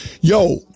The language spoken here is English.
Yo